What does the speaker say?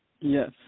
Yes